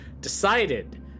decided